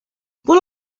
will